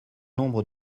nombre